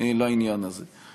לעניין הזה.